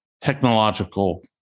technological